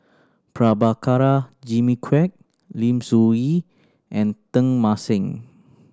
Prabhakara Jimmy Quek Lim Soo Ngee and Teng Mah Seng